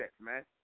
man